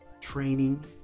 training